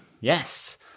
Yes